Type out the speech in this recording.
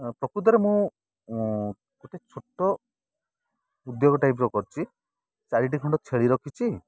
ପ୍ରକୃତରେ ମୁଁ ଗୋଟେ ଛୋଟ ଉଦ୍ୟୋଗ ଟାଇପର କରିଛି ଚାରିଟି ଖଣ୍ଡ ଛେଳି ରଖିଛି